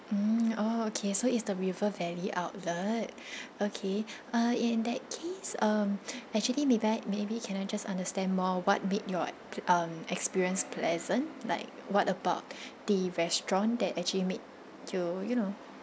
mm oh okay so it's the river valley outlet okay uh in that case um actually invite maybe can I just understand more what made your um experience pleasant like what about the restaurant that actually made you you know